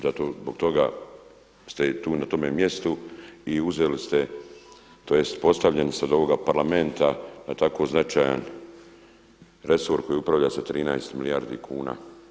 Zato zbog toga ste i tu na tome mjestu i uzeli ste, tj. postavljeni ste od ovoga Parlamenta na tako značajan resor koji upravlja sa 13 milijardi kuna.